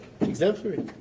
Exemplary